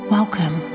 Welcome